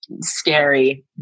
scary